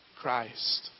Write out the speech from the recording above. Christ